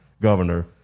governor